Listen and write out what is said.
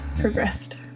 progressed